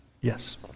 Yes